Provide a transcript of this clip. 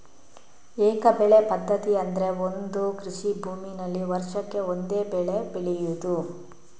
ಏಕ ಬೆಳೆ ಪದ್ಧತಿ ಅಂದ್ರೆ ಒಂದು ಕೃಷಿ ಭೂಮಿನಲ್ಲಿ ವರ್ಷಕ್ಕೆ ಒಂದೇ ಬೆಳೆ ಬೆಳೆಯುದು